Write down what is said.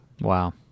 Wow